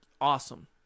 awesome